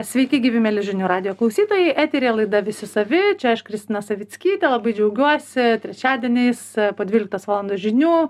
sveiki gyvi mieli žinių radijo klausytojai eteryje laida visi savi čia aš kristina savickytė labai džiaugiuosi trečiadieniais po dvyliktos valandos žinių